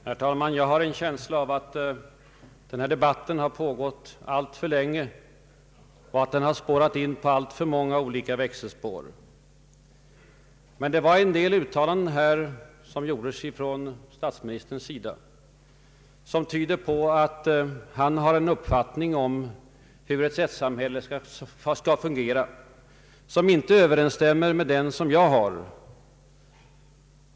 Herr talman! Jag har en känsla av att debatten pågått alltför länge och att den har spårat in på alltför många olika växelspår. Men en del uttalanden från statsministerns sida tyder på att han har en uppfattning om hur ett rättssamhälle skall fungera, som inte överensstämmer med den jag har.